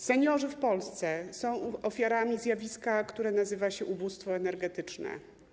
Seniorzy w Polsce są ofiarami zjawiska, które nazywa się: ubóstwo energetyczne.